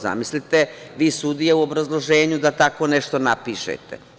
Zamislite vi sudije u obrazloženju da tako napišete.